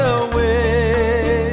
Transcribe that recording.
away